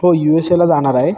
हो U S एला जानार आहे